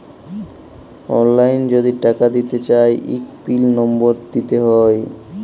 অললাইল যদি টাকা দিতে চায় ইক পিল লম্বর দিতে হ্যয়